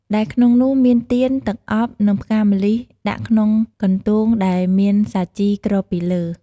ដែលក្នុងនោះមានទៀន, ទឹកអប់ និងផ្កាម្លិះដាក់ក្នុងកន្ទោងដែលមានសាជីគ្របពីលើ។